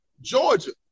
Georgia